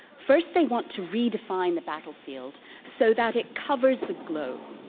first they want to redefine the battlefield so that it covers the globe.